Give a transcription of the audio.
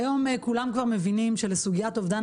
היום כולנו כבר מבינים שלסוגיית אובדן